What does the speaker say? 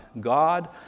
God